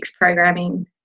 programming